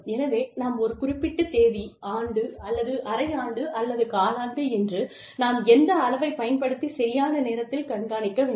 எனவே நாம் ஒரு குறிப்பிட்ட தேதி ஆண்டு அல்லது அரை ஆண்டு அல்லது காலாண்டு என்று நாம் எந்த அளவைப் பயன்படுத்தி சரியான நேரத்தில் கண்காணிக்க வேண்டும்